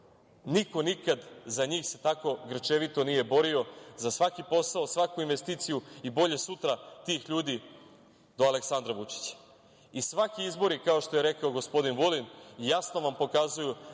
Niko se nikada za njih tako grčevito nije borio, za svaki posao, za svaku investiciju i bolje sutra tih ljudi, do Aleksandra Vučića. Svaki izbori, kao što je rekao gospodin Vulin, jasno vam pokazuju